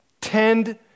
tend